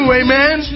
amen